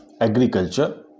agriculture